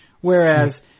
Whereas